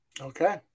Okay